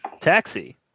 taxi